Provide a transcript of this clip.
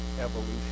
evolution